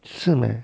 是 meh